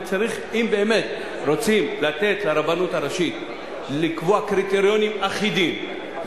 ואם באמת רוצים לתת לרבנות הראשית לקבוע קריטריונים אחידים,